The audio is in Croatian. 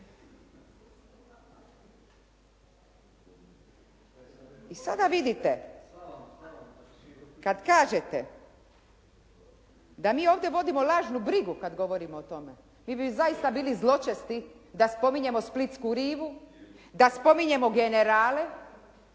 I sada vidite, kad kažete da mi ovdje vodimo lažnu brigu kad govorimo o tome mi bi zaista bili zločesti da spominjemo splitsku rivu, da spominjemo generale